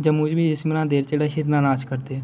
जम्मू च बी मनांदे जेहडे़ हिरण नाच करदे